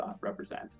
represent